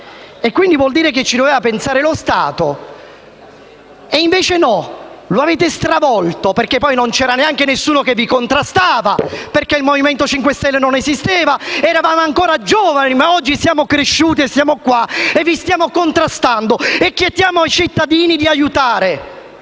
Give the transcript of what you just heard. propria vecchiaia. Ci doveva pensare lo Stato. E invece no, lo avete stravolto, perché poi non c'era neanche nessuno a contrastarvi; il Movimento 5 Stelle non esisteva, eravamo ancora giovani; ma oggi siamo cresciuti e siamo qui, vi stiamo contrastando e chiediamo ai cittadini di aiutarci